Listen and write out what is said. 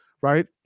right